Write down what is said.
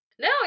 No